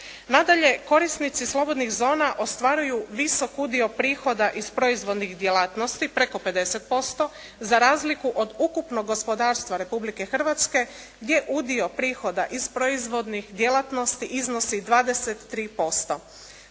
Nadalje, korisnici slobodnih zona ostvaruju visok udio prihoda iz proizvodnih djelatnosti preko 50% za razliku od ukupnog gospodarstva Republike Hrvatske gdje udio prihoda iz proizvodnih djelatnosti iznosi 23%.